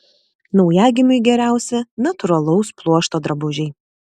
naujagimiui geriausi natūralaus pluošto drabužiai